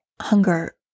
hunger